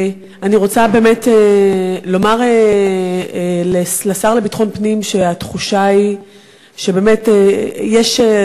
אני רוצה באמת לומר לשר לביטחון פנים שהתחושה היא שבאמת יש,